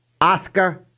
Oscar